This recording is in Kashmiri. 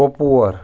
کوٚپوور